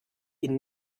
ihn